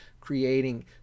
creating